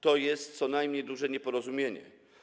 To jest co najmniej duże nieporozumienie.